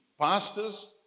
Pastors